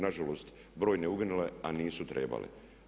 Nažalost, brojne uginule a nisu trebale.